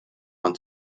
want